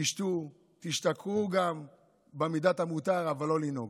תשתו, גם תשתכרו במידת המותר, אבל לא לנהוג.